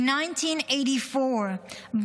In 1984,